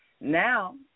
now